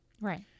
Right